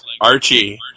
Archie